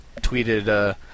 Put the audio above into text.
tweeted